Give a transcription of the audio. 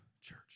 church